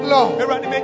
Lord